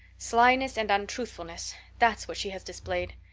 slyness and untruthfulness that's what she has displayed.